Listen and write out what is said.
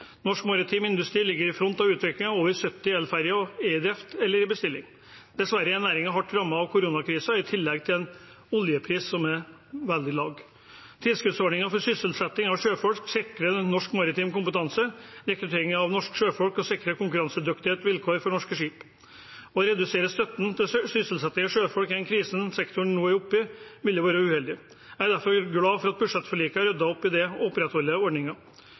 Norsk maritim industri ligger i front av utviklingen, og over 70 elferjer er i drift eller i bestilling. Dessverre er næringen hardt rammet av koronakrisen, i tillegg til en oljepris som er veldig lav. Tilskuddsordningen for sysselsetting av sjøfolk sikrer norsk maritim kompetanse, rekruttering av norske sjøfolk og konkurransedyktige vilkår for norske skip. Å redusere støtten til sysselsetting av sjøfolk i den krisen sektoren nå er oppe i, ville vært uheldig. Jeg er derfor glad for at budsjettforliket har ryddet opp i det